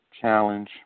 Challenge